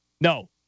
no